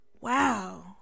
wow